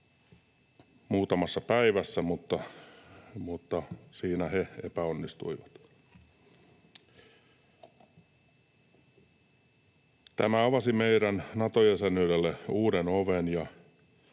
muutamassa päivässä, mutta siinä he epäonnistuivat. Tämä avasi meidän Nato-jäsenyydelle uuden oven,